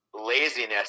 laziness